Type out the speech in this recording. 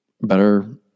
better